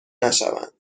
نشوند